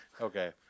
okay